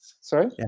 Sorry